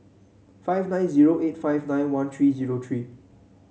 five nine zero eight five nine one three zero three